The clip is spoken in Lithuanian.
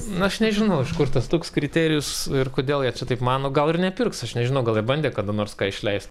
na aš nežinau iš kur tas toks kriterijus ir kodėl jie čia taip mano gal ir nepirks aš nežinau gal bandė kada nors ką išleist